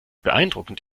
beeindruckend